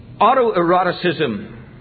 autoeroticism